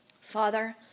Father